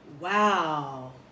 Wow